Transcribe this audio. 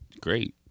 Great